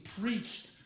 preached